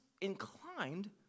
inclined